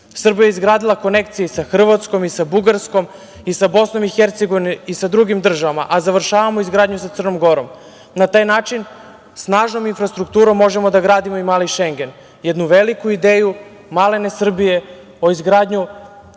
je izgradila konekcija sa Hrvatskom, sa Bugarskom, sa BiH i sa drugim državama, a završavamo izgradnju sa Crnom Gorom. Na taj način snažnom infrastrukturom možemo da gradimo i „mali Šengen“, jednu veliku ideju malene Srbije o izgradnji